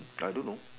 I don't know